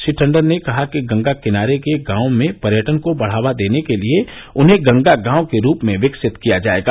श्री टंडन ने कहा कि गंगा किनारे के गाँवों में पर्यटन को बढ़ावा देने के लिए उन्हें गंगा गांव के रूप में विकसित किया जाएगा